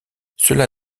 cela